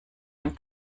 den